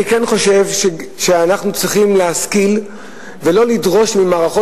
אני כן חושב שאנחנו צריכים להשכיל ולא לדרוש ממערכות